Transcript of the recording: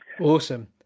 Awesome